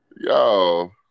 Yo